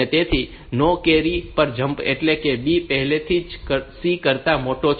તેથી no carry પર jump એટલે કે B પહેલેથી જ C કરતા મોટો છે